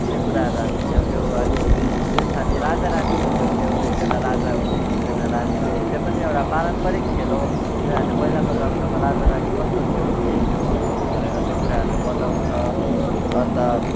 त्यो कुराहरू हामी खेल्थ्यौँ अनि बेस हामी राजा रानीको खेल्थ्यौँ एकजना राजा हुने एकजना रानी हुने त्यो पनि एउटा पारम्परिक खेल हो तिनीहरूले पहिलाको जमानामा राजा रानीहरू कस्तो थियो के थियो भनेर त्यो कुराहरू बताउँछ अन्त